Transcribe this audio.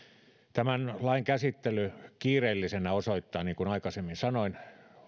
tämän lain käsittely kiireellisenä osoittaa niin kuin aikaisemmin sanoin